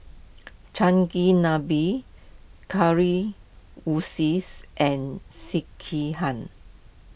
Chigenabe curry woo says and Sekihan